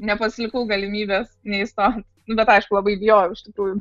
nepasilikau galimybės neįstot nu bet aišku labai bijojau iš tikrųjų